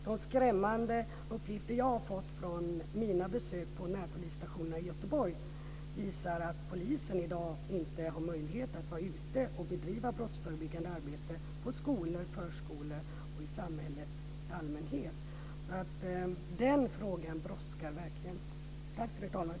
De skrämmande uppgifter som jag har fått vid mina besök på närpolisstationerna i Göteborg visar att polisen i dag inte har möjlighet att vara ute och bedriva brottsförebyggande arbete på skolor och förskolor och i samhället i allmänhet. Så den här frågan brådskar verkligen. Tack, fru talman!